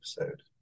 episode